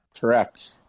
correct